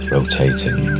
Rotating